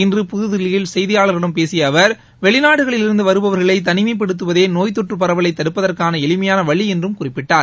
இன்று புதுதில்லியில் செய்தியாளர்களிடம் பேசிய அவர் வெளிநாடுகளிலிருந்து வருபவர்களை தனிமைப்படுததுவதே நோய் தொற்றுப் பரவலை தடுப்பதற்கான எளிமையான வழி என்றும் குறிப்பிட்டார்